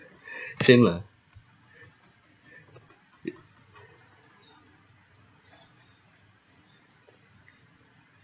same lah